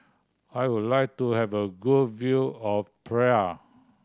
I would like to have a good view of Praia